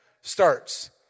starts